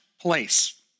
place